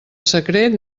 secret